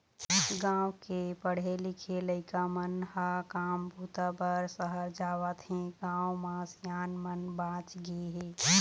गाँव के पढ़े लिखे लइका मन ह काम बूता बर सहर जावत हें, गाँव म सियान मन बाँच गे हे